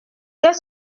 qu’est